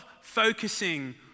focusing